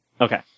Okay